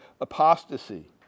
apostasy